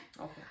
Okay